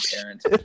parents